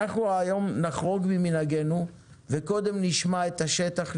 אנחנו היום נחרוג ממנהגנו וקודם נשמע את השטח,